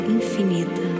infinita